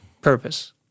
Purpose